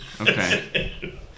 Okay